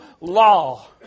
law